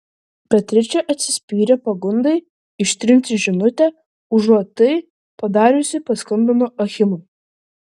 beatričė atsispyrė pagundai ištrinti žinutę užuot tai padariusi paskambino achimui